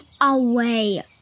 away